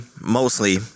mostly